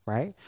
Right